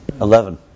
Eleven